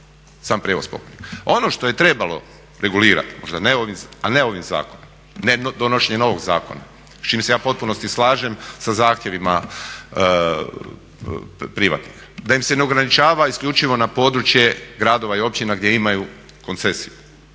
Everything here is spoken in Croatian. sam prijevoz pokojnika. Ono što je trebalo regulirati, a ne ovim zakonom, ne donošenjem novog zakona s čim se ja u potpunosti slažem sa zahtjevima privatnika, da im se ne ograničava isključivo na područje gradova i općina gdje imaju koncesiju.